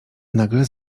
nagle